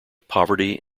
poverty